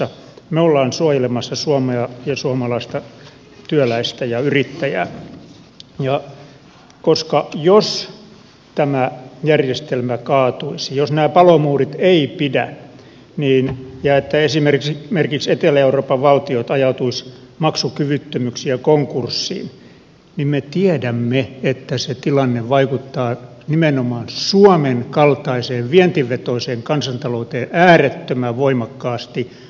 me olemme suojelemassa suomea ja suomalaista työläistä ja yrittäjää koska jos tämä järjestelmä kaatuisi jos nämä palomuurit eivät pidä ja esimerkiksi etelä euroopan valtiot ajautuisivat maksukyvyttömiksi ja konkurssiin niin me tiedämme että se tilanne vaikuttaa nimenomaan suomen kaltaiseen vientivetoiseen kansantalouteen äärettömän voimakkaasti